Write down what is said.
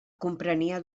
comprenia